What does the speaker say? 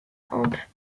hampe